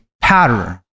pattern